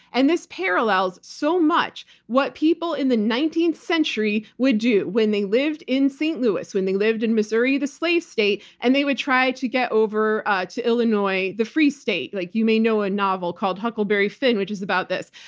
and this parallels so much what people in the nineteenth century would do when they lived in st. louis, when they lived in missouri, the slave state, and they would try to get over to illinois, the free state. like you may know a novel called huckleberry finn, which is about this.